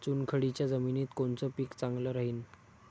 चुनखडीच्या जमिनीत कोनचं पीक चांगलं राहीन?